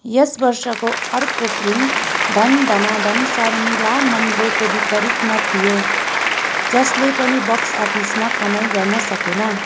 यस वर्षको अर्को फिल्म धन धनाधन शर्मिला मन्द्रेको विपरीतमा थियो जसले पनि बक्स अफिसमा कमाई गर्नसकेन